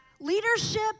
Leadership